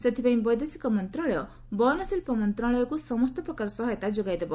ସେଥିନେଇ ବୈଦେଶିକ ମନ୍ତ୍ରଶାଳୟ ବୟନଶିଳ୍ପ ମନ୍ତ୍ରଣାଳୟକୁ ସମସ୍ତ ପ୍ରକାର ସହାୟତା ଯୋଗାଇଦେବ